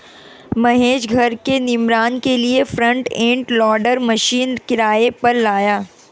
महेश घर के निर्माण के लिए फ्रंट एंड लोडर मशीन किराए पर लाया